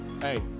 hey